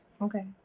Okay